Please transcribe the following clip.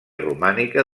romànica